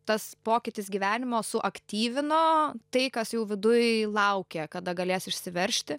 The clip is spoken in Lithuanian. tas pokytis gyvenimo suaktyvino tai kas jau viduj laukia kada galės išsiveržti